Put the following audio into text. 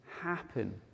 happen